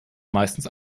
meistens